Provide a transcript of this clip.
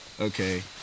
okay